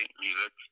music